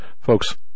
Folks